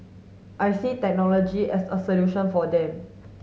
I see technology as a solution for them